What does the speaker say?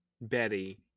Betty